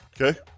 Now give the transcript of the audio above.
Okay